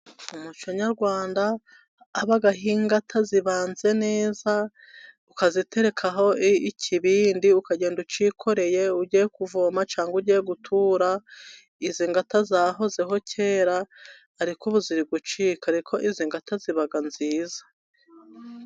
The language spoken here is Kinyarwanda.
Mu muco nyarwanda, habagaho ingata. Zibanze neza, ukaziterekaho ikibindi, ukagenda ucyikoreye ugiye kuvoma cyangwa ugiye gutura. Izi ngata zahozeho kera, ariko ubu ziri gucika. Ariko izi ngata ziba nziza.